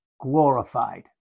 glorified